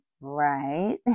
right